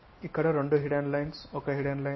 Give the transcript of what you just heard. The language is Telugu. ఇక్కడ రెండు హిడెన్ లైన్స్ ఒక హిడెన్ లైన్